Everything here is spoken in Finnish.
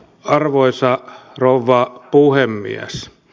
arvoisa rouva puhemies